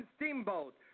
Steamboat